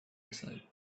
excited